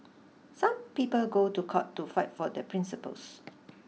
some people go to court to fight for their principles